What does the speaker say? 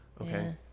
Okay